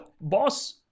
boss